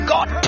God